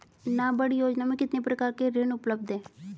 नाबार्ड योजना में कितने प्रकार के ऋण उपलब्ध हैं?